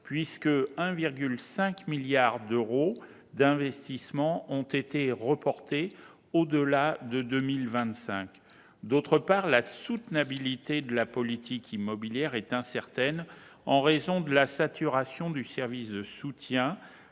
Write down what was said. effet, 1,5 milliard d'euros d'investissements ont été reportés au-delà de 2025 ; d'autre part, la soutenabilité de la politique immobilière est incertaine, en raison de la saturation des services de soutien.